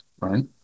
right